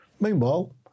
Meanwhile